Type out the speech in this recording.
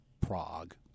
Prague